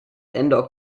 ende